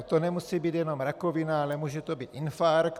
To nemusí být jenom rakovina, ale může to být infarkt.